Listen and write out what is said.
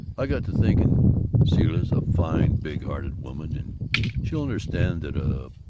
i got to thinking zilla's a fine? big-hearted woman, and she'll understand that,